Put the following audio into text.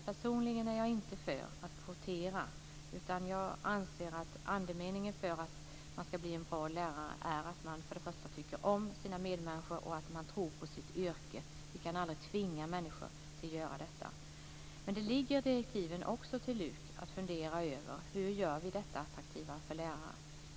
Personligen är jag inte för att kvotera, utan jag anser att andemeningen i att man skall bli en bra lärare är att man för det första tycker om sina medmänniskor och för det andra tror på sitt yrke. Vi kan aldrig tvinga människor till att göra detta. I direktiven till LUK ligger också att fundera över hur vi kan göra det hela attraktivt för lärare.